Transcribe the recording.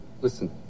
listen